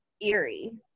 eerie